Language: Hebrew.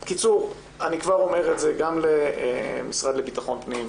בקיצור, אני כבר אומר את זה למשרד לביטחון פנים,